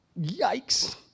yikes